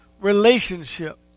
relationship